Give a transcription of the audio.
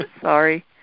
Sorry